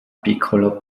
piccolo